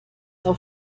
auf